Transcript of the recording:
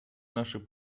наших